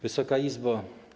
Wysoka Izbo!